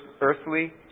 earthly